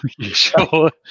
Sure